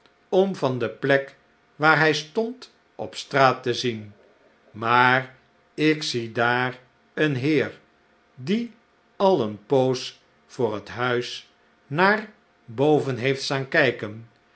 om van de plek waar hi stond op straat te zien maar ik zie daar een heer die al eene poos voor het huis naar boven heeft staan kijken